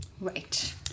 right